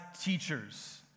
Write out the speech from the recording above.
teachers